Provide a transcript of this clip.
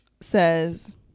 says